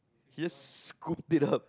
he just scoop it up